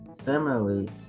Similarly